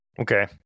Okay